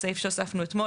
בסעיף שהוספנו אתמול,